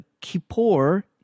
Kippur